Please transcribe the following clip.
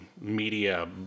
media